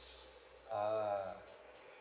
uh